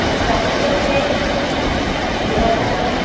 ᱪᱟᱠᱨᱤ ᱠᱷᱮᱹᱛᱨᱮᱹ ᱡᱮ ᱨᱚᱠᱚᱢ